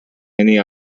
many